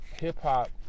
hip-hop